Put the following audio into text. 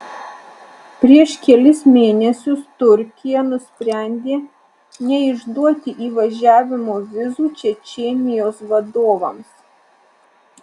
prieš kelis mėnesius turkija nusprendė neišduoti įvažiavimo vizų čečėnijos vadovams